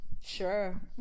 sure